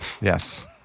Yes